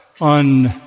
on